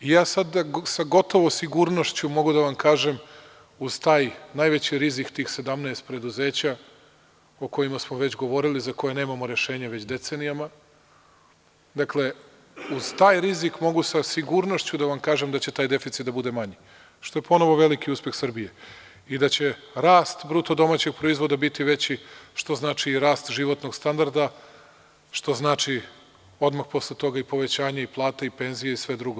Ja sada sa gotovo sigurnošću mogu da kažem uz taj najveći rizik tih 17 preduzeća, o kojima smo već govorili, za koje nemamo rešenje već decenijama, uz taj rizik mogu sa sigurnošću da vam kažem da će taj deficit da bude manji, što je ponovo veliki uspeh Srbije i da će rast BDP biti veći, što znači i rast životnog standarda, što znači odmah posle toga i povećanje plata i penzija i sve drugo.